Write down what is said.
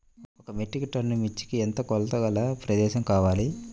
ఒక metric ton మిర్చికి ఎంత కొలతగల ప్రదేశము కావాలీ?